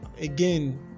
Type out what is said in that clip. again